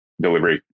delivery